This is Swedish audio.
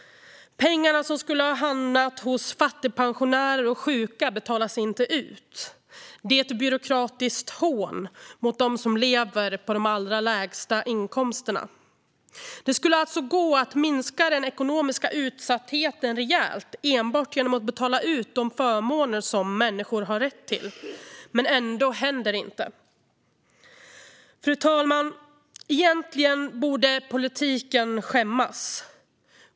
Pengar som skulle hamna hos fattigpensionärer och sjuka betalas inte ut. Det är ett byråkratiskt hån mot dem som lever på de allra lägsta inkomsterna. Det skulle alltså gå att minska den ekonomiska utsattheten rejält enbart genom att betala ut de förmåner som människor har rätt till. Ändå händer det inte. Fru talman! Egentligen borde politiken skämmas.